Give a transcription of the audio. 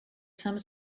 some